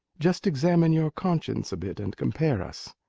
just examine your conscience a bit and compare us.